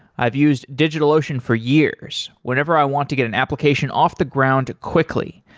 i've used digitalocean for years, whenever i want to get an application off the ground quickly.